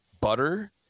butter